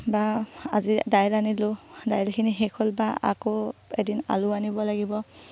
বা আজি দাইল আনিলোঁ দাইলখিনি শেষ হ'ল বা আকৌ এদিন আলু আনিব লাগিব